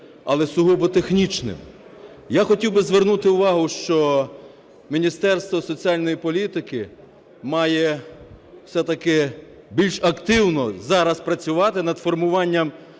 але сугубо технічним. Я хотів би звернути увагу, що Міністерство соціальної політики має все-таки більш активно зараз працювати над формуванням